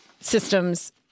systems